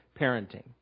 parenting